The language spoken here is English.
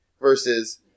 versus